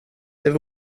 det